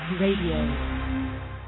Radio